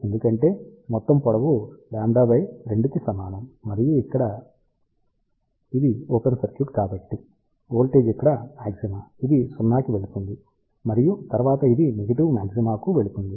ఎందుకంటే మొత్తం పొడవుకు λ2 కి సమానం మరియు ఇది ఇక్కడ ఓపెన్ సర్క్యూట్ కాబట్టి వోల్టేజ్ ఇక్కడ మాగ్జిమా ఇది 0 కి వెళుతుంది మరియు తరువాత అది నెగటివ్ మాగ్జిమాకు వెళుతుంది